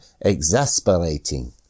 exasperating